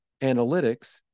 analytics